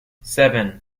seven